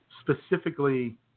specifically